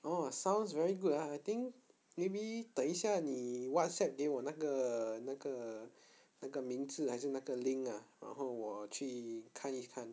oh sounds very good ah I think maybe 等一下你 whatsapp 给我那个那个那个名字还是那个 link ah 然后我去看一看